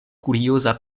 kurioza